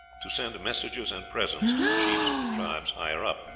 to send messages and presents to the chiefs of the tribes higher up,